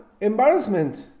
embarrassment